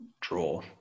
draw